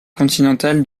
continental